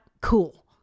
cool